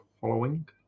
following